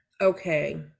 okay